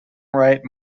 write